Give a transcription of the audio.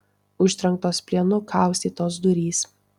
užtrenktos plienu kaustytos durys